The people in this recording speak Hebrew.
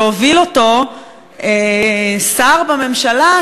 שהוביל אותו שר בממשלה,